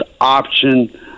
option